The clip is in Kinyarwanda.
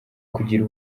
kugira